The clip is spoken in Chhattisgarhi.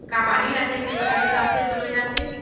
का पानी ला खेत म इक्कड़ हिसाब से पलोय जाथे?